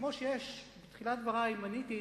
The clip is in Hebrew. כמו שבתחילת דברי מניתי,